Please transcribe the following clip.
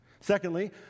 Secondly